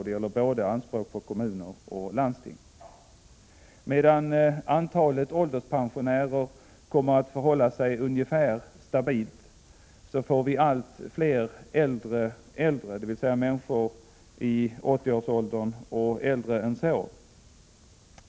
Det gäller anspråk på både kommuner och landsting. Medan antalet ålderspensionärer kommer att förhålla sig ganska stabilt, kommer vi att få allt fler äldre, dvs. människor i 80-årsåldern och ännu äldre.